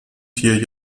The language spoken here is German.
vier